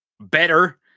better